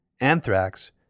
anthrax